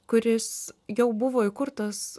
kuris jau buvo įkurtas